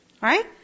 Right